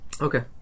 okay